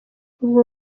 ubwo